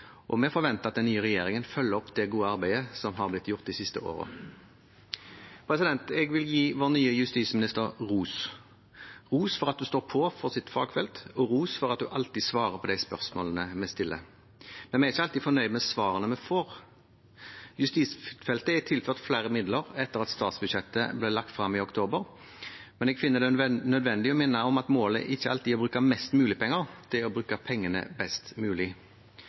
og bekjempe vold og overgrep, og vi forventer at den nye regjeringen følger opp det gode arbeidet som har blitt gjort de siste årene. Jeg vil gi vår nye justisminister ros – ros for at hun står på for sitt fagfelt, og ros for at hun alltid svarer på de spørsmålene vi stiller. Men vi er ikke alltid fornøyd med svarene vi får. Justisfeltet er tilført flere midler etter at statsbudsjettet ble lagt frem i oktober, men jeg finner det nødvendig å minne om at målet ikke alltid er å bruke mest mulig penger, det er å bruke pengene best mulig.